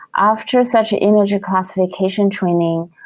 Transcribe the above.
after such an image classification training,